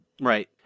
right